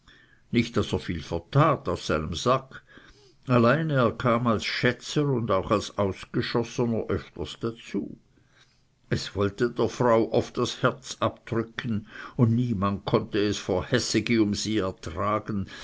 nicht daß er viel vertat aus seinem sack allein er kam als schätzer und auch als ausgeschossener öfters dazu es wollte der frau oft das herz abdrücken und niemand konnte es vor hässigi um sie ertragen